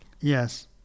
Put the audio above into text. Yes